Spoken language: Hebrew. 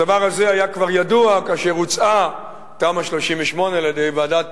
הדבר הזה היה כבר ידוע כאשר הוצאה תמ"א 38 על-ידי ועדת